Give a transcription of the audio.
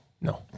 No